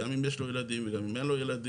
גם אם יש לו ילדים וגם אם אין לו ילדים,